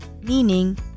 meaning